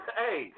hey